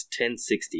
1060